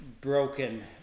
broken